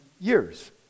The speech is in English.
years